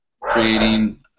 creating